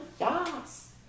Yes